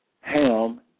Ham